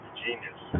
genius